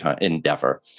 endeavor